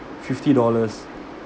fifty dollars